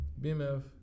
BMF